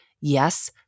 yes